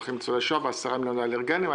הולכים לניצולי שואה ו-10 מיליון לאלרגים.